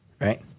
right